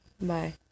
bye